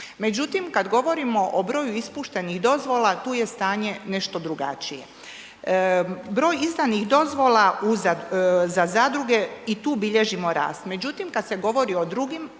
Međutim, kada govorimo o broju ispuštenih dozvola tu je stanje nešto drugačije. Broj izdanih dozvola za zadruge i tu bilježimo rast. Međutim, kada se govori o drugim